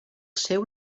seu